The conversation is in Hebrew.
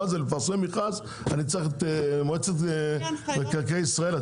מה, לפרסם מכרז אני צריך את מועצת מקרקעי ישראל?